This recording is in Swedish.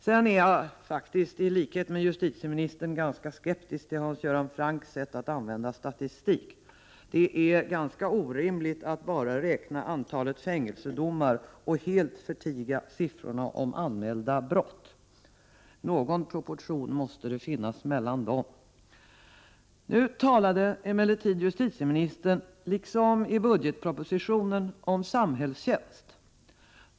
Sedan är jag i likhet med justitieministern ganska skeptisk till Hans Göran Francks sätt att använda statistik. Det är orimligt att bara räkna antalet fängelsedomar och helt förtiga siffrorna om anmälda brott. Någon proportion måste det finnas mellan dem. Nu talade emellertid justitieministern liksom i budgetpropositionen om samhällstjänst.